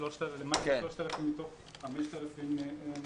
למעלה מ-3,000 מתוך 5,000 מוסדות.